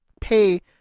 pay